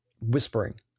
whispering